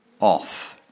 off